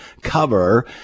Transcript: cover